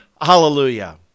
hallelujah